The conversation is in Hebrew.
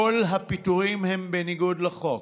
כל הפיטורים הם בניגוד לחוק.